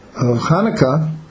Hanukkah